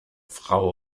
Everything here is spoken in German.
frau